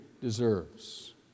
deserves